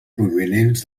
provinents